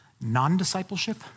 non-discipleship